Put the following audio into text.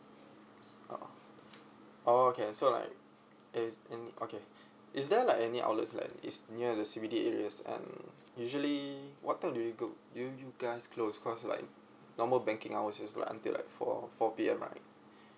s~ oh oh okay so like it's in okay is there like any outlets like it's near the C_B_D areas and usually what time do you go~ do you guys close cause like normal banking hours is like until like four four P_M right